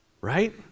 Right